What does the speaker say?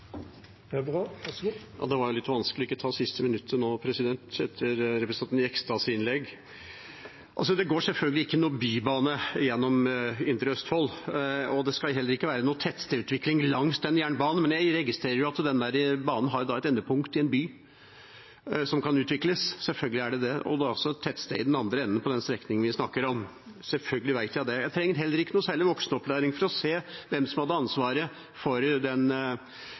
Det var litt vanskelig ikke å ta det siste minuttet nå, etter representanten Jegstads innlegg. Det går selvfølgelig ikke noen bybane gjennom indre Østfold, og det skal heller ikke være noen tettstedsutvikling langs den jernbanen. Men jeg registrerer jo at den banen har et endepunkt i en by som kan utvikles, selvfølgelig er det slik, og det er også et tettsted i den andre enden på den strekningen vi snakker om, selvfølgelig vet jeg det. Jeg trenger heller ikke noe særlig voksenopplæring for å se hvem som hadde ansvaret for den